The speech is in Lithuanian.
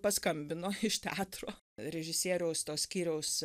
paskambino iš teatro režisieriaus to skyriaus